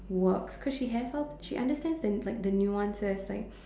works cause she has her she understands the like the nuances